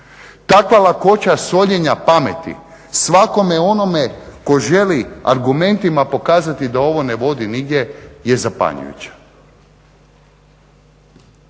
takva lakoća soljenja pameti svakome onome tko želi argumentima pokazati da ovo ne vodi nigdje je zapanjujuća.